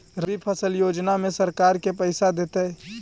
रबि फसल योजना में सरकार के पैसा देतै?